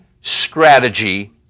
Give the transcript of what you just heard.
strategy